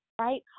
right